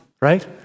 right